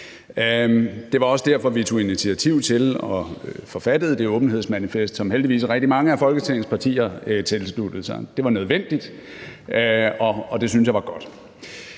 Det var også derfor, vi tog initiativ til og forfattede det åbenhedsmanifest, som heldigvis rigtig mange af Folketingets partier tilsluttede sig. Det var nødvendigt, og det synes jeg var godt.